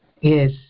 Yes